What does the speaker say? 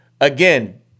again